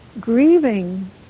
grieving